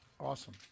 Awesome